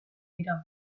dira